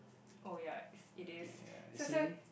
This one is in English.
oh yeah is it is so so